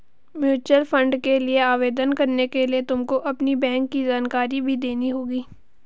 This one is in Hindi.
म्यूचूअल फंड के लिए आवेदन करने के लिए तुमको अपनी बैंक की जानकारी भी देनी होगी